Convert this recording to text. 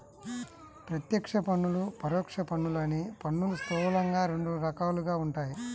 ప్రత్యక్ష పన్నులు, పరోక్ష పన్నులు అని పన్నులు స్థూలంగా రెండు రకాలుగా ఉంటాయి